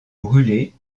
brûlé